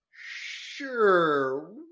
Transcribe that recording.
sure